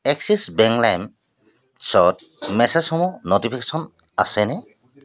axis bank লাইমচত মেছেজসমূহ notification আছেনে